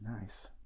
Nice